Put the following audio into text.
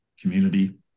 community